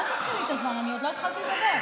הזמן, אני עוד לא התחלתי לדבר.